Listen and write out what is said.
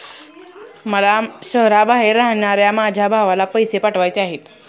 मला शहराबाहेर राहणाऱ्या माझ्या भावाला पैसे पाठवायचे आहेत